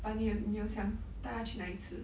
but 你有你有想带她去哪里吃